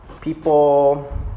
people